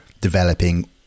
developing